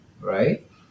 right